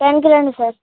టెన్కి రండి సార్